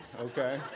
okay